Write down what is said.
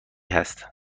هست